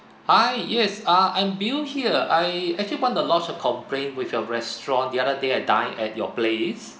hi yes ah I'm bill here I actually want to lodge a complaint with your restaurant the other day I dine at your place